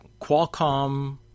Qualcomm